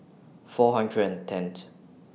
four hundred and tenth